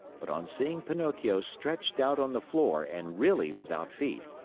but on seeing pinocchio stretched out on the floor and really without feet,